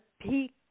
peak